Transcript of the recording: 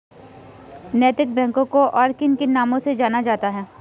नैतिक बैंकों को और किन किन नामों से जाना जाता है?